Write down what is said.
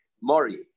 Mori